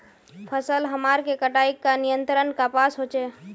फसल हमार के कटाई का नियंत्रण कपास होचे?